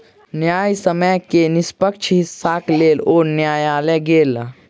न्यायसम्य के निष्पक्ष हिस्साक लेल ओ न्यायलय गेला